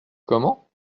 comment